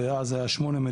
שאז זה היה 8 מדינות,